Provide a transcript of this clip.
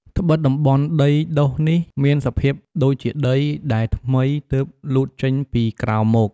ត្បិតតំបន់ដីដុះនេះមានសភាពដូចជាដី ដែលថ្មីទើបលូតចេញពីក្រោមមក។